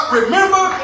remember